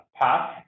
path